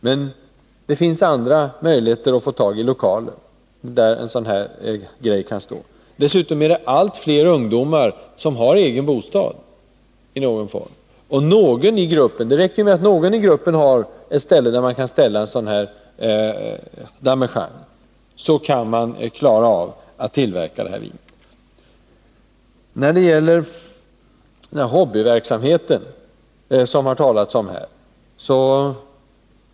Men det finns andra möjligheter att få tag i lokaler där en sådan här apparat kan stå. Dessutom är det allt fler ungdomar som i någon form har egen bostad. Det räcker ju med att någon i gruppen har en plats där man kan ställa en damejeanne för att ungdomarna skall klara av att tillverka detta vin. Det har tidigare talats om dem som har vintillverkning som hobby.